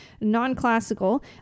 non-classical